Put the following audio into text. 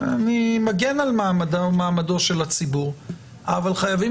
אני מגן על מעמדו של הציבור אבל חייבים